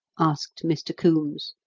asked mr. coombes.